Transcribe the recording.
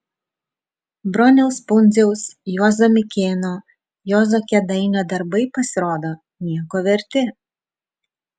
broniaus pundziaus juozo mikėno juozo kėdainio darbai pasirodo nieko verti